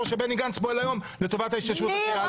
שבני גנץ פועל כיום לטובת ההתיישבות הצעירה.